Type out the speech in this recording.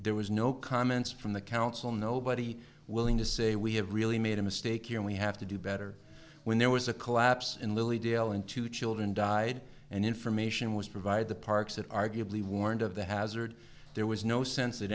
there was no comments from the council nobody willing to say we have really made a mistake here we have to do better when there was a collapse in lily dale and two children died and information was provided the parks that arguably warned of the hazard there was no sense that